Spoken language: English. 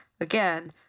again